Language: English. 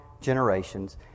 generations